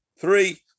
Three